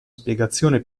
spiegazione